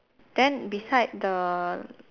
then beside the